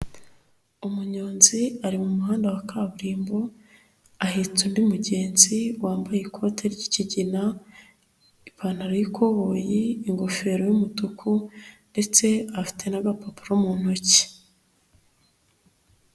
Umunyonzi ari mu muhanda wa kaburimbo, ahetse undi mugenzi wambaye ikote ry'ikigina, ipantaro y'ikoboyi, ingofero y'umutuku ndetse afite n'agapapuro mu ntoki.